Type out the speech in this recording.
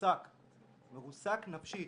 מרוסק נפשית.